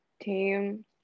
team